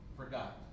forgot